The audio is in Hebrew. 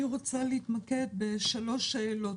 אני רוצה להתמקד בשלוש שאלות.